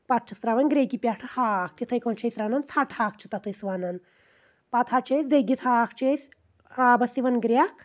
پَتہٕ چھِس تراوان گریکہِ پؠٹھ ہاکھ تِتھٕے کٲٹھۍ چھِ أسۍ رَننا ژھٹہٕ ہاکھ چھُ تَتھ أسۍ وَنان پتہٕ حظ چھِ أسۍ دٔگِتھ ہاکھ چھِ أسۍ آبس یِوان گریکھ